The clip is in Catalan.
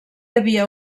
havia